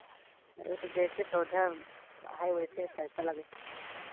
अरे तो जैसे पौधा है वैसे पैसा लगे